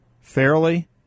fairly